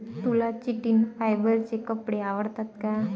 तुला चिटिन फायबरचे कपडे आवडतात का?